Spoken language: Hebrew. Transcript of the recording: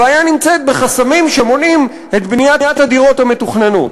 הבעיה נמצאת בחסמים שמונעים את בניית הדירות המתוכננות.